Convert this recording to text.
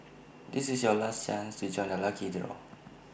this is your last chance to join the lucky draw